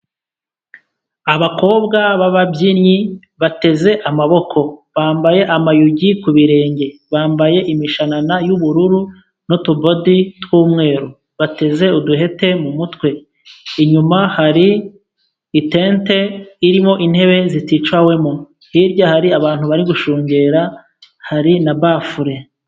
Abakobwa b'ababyinnyi bateze amaboko, bambaye amayugi ku birenge, bambaye imishana y'ubururu n'utubodi tw'umweru. Bateze uduhete mu mutwe, inyuma hari itente irimo intebe ziticawemo, hirya hari abantu bari gushungera hari na bafure.